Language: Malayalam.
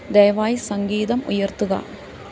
ദയവായി സംഗീതം ഉയർത്തുക